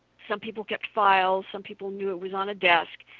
some people kept files, some people knew it was on a desk,